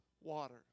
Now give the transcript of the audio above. water